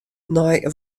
nei